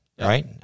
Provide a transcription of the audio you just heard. right